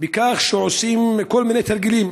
בכך שעושים כל מיני תרגילים